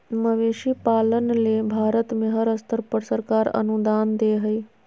मवेशी पालन ले भारत में हर स्तर पर सरकार अनुदान दे हई